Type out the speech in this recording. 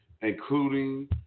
including